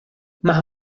más